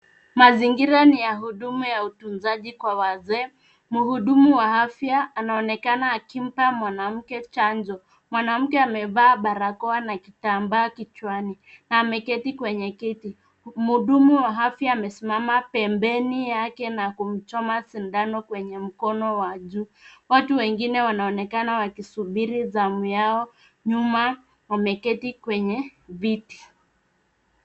Mazingira ni ya huduma ya utunzaji kwa wazee. Mhudumu wa afya anaonekana akimpa mwanamke chanjo. Mwanamke amevaa barakoa na kitambaa kichwani na ameketi kwenye keti. Mhudumu wa afya amesimama pembeni yake na kuchoma sindano kwenye mkono wa juu. Watu wengine wanaonekana wakisubiri zamu yao nyuma wameketi kwenye viti.